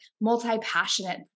multi-passionate